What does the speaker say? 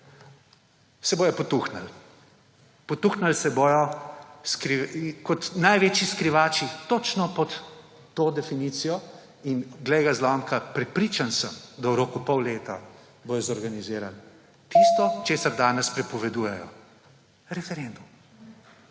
se bodo potuhnili. Potuhnili se bodo kot največji skrivači točno pod to definicijo in, glej ga zlomka, prepričan sem, da v roku pol leta bodo zorganizirali tisto, kar danes prepovedujejo: referendum.